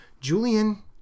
Julian